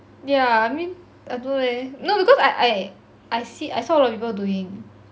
yeah I mean I don't know leh no because I I I see I saw a lot of people doing